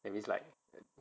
that means like